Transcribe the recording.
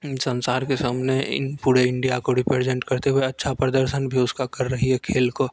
संसार के सामने इन पूड़े इंडिया को रिप्रेजेंट करते हुए अच्छा प्रदर्शन भी उसका कर रही है खेल को